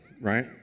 right